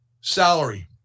salary